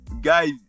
guys